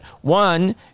One